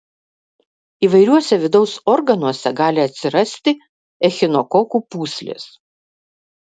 įvairiuose vidaus organuose gali atsirasti echinokokų pūslės